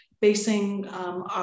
basing